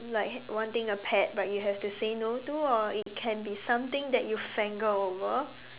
like wanting a pet but you have to say no to or it can be something that you fan girl over